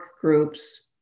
groups